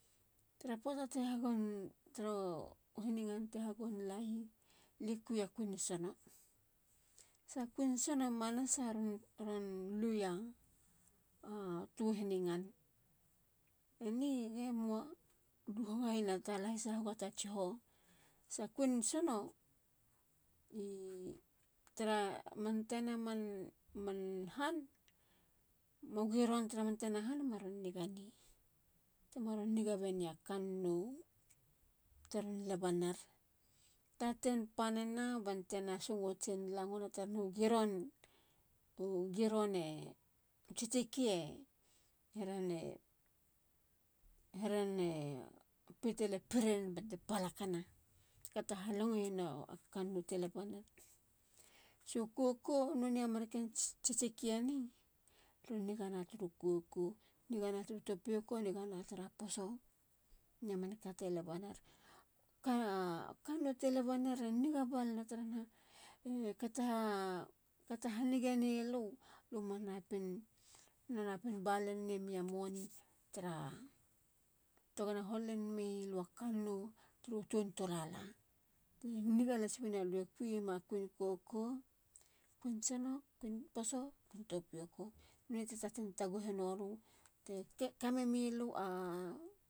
Tara poata te hagon. turu hagon hin ngal te hagoula. a kui ya kui sono i manasa. e ron lui ya toa u hin ngal. eni ge moa. lu hogayena ta lahisa hoga ta tsiho. sa kuin soao tara man tana man han. man giron tara man tana han manigane batena songotsen langona tara nahu giron. u tsiktsiki e herene. pitale pirenen bante palakana. kato ha langueienu a kannou te labaner. so koko. none ya marken tsiktsiki eni ron nigana turu koko. ron niga na turu topioko. nigana turu poso. none a manka te leba ner e niga balana tara nahe kata ha nigenelu. lue manapin balen ne miya money tara. tegona holen menilu a kannou turu ton tolala. niga las bena lue kuima. kuin koko. kuin poso. no topioko. nonei te taten taguhe nolu.